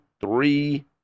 three